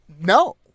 no